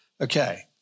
okay